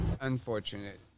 Unfortunate